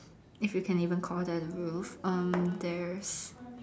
if you can even call that a roof um there's